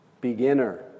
beginner